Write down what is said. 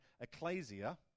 ecclesia